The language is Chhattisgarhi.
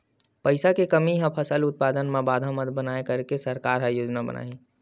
पईसा के कमी हा फसल उत्पादन मा बाधा मत बनाए करके सरकार का योजना बनाए हे?